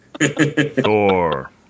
thor